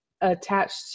attached